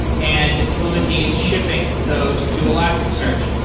and fluentd is shipping those to elasticsearch.